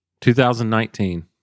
2019